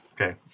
Okay